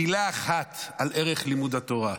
מילה אחת על ערך לימוד התורה.